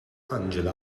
angela